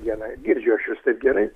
dieną girdžiu aš jus taip gerai